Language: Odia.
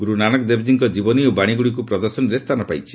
ଗୁରୁ ନାନକ ଦେବୀଜୀଙ୍କ ଜୀବନୀ ଓ ବାଣିଗୁଡ଼ିକୁ ପ୍ରଦର୍ଶନୀରେ ସ୍ଥାନ ପାଇଛି